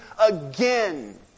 again